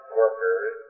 workers